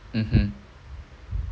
mmhmm